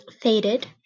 Faded